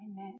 Amen